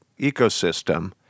ecosystem